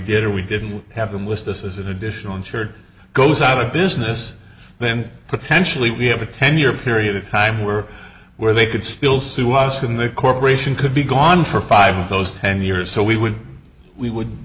did or we didn't have them with us as an additional insured goes out of business then potentially we have a ten year period of time where where they could still sue us in the corporation could be gone for five of those ten years so we would we would